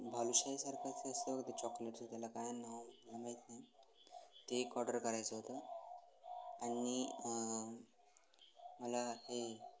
बालुशाहीसारखाचं असतं ते चॉकलेटचं त्याला काय नाव मला माहीत नाही ते एक ऑर्डर करायचं होतं आणि मला हे